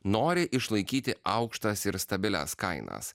nori išlaikyti aukštas ir stabilias kainas